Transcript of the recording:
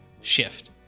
shift